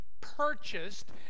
purchased